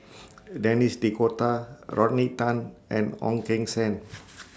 Denis D'Cotta Rodney Tan and Ong Keng Sen